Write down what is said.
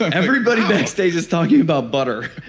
ah everybody backstage is talking about butter.